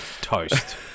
toast